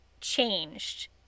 changed